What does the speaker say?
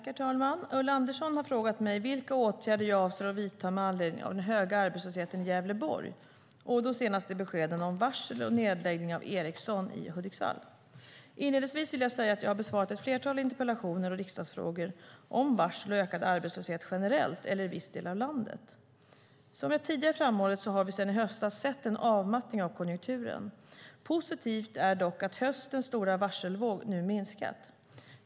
Herr talman! Ulla Andersson har frågat mig vilka åtgärder jag avser att vidta med anledning av den höga arbetslösheten i Gävleborg och de senaste beskeden om varsel och nedläggning av Ericsson i Hudiksvall. Inledningsvis vill jag säga att jag har besvarat ett flertal interpellationer och riksdagsfrågor om varsel och ökad arbetslöshet generellt eller i viss del av landet. Som jag tidigare framhållit har vi sedan i höstas sett en avmattning av konjunkturen. Positivt är dock att höstens stora varselvåg nu minskat.